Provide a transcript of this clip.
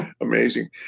amazing